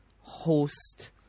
host